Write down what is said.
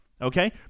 Okay